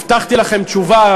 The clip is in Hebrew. הבטחתי לכם תשובה,